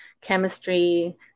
chemistry